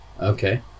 okay